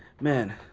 man